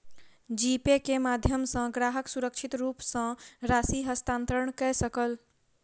जी Pay के माध्यम सॅ ग्राहक सुरक्षित रूप सॅ राशि हस्तांतरण कय सकल